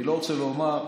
אני לא רוצה לומר,